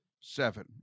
Seven